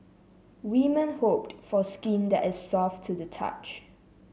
women hope for skin that is soft to the touch